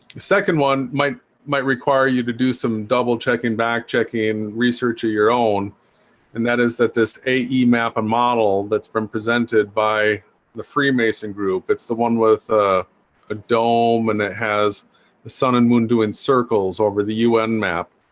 second one might might require you to do some double-checking back checking research or your own and that is that this a ii map a model that's from presented by the freemason group it's the one with ah a dome and it has the sun and moon doing circles over the un map